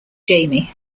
jamie